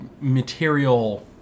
material